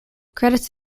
credits